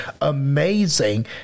amazing